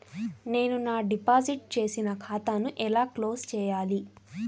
నేను నా డిపాజిట్ చేసిన ఖాతాను ఎలా క్లోజ్ చేయాలి?